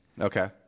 okay